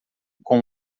com